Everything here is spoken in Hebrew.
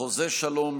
חוזה שלום,